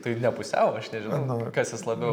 tai ne pusiau aš nežinau kas jis labiau